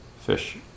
fish